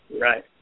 Right